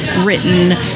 written